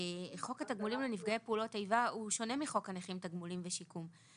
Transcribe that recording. חוק התגמולים לנפגעי פעולות איבה הוא שונה מחוק הנכים תגמולים ושיקום.